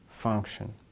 function